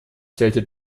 zählte